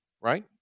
right